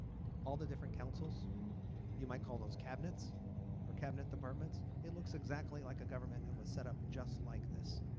all the different councils you might call those cabinets or cabinet departments. it looks exactly like a government and was set up just like this.